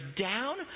down